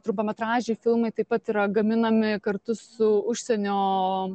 trumpametražiai filmai taip pat yra gaminami kartu su užsienio